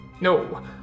No